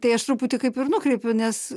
tai aš truputį kaip ir nuokreipiu nes